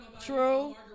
True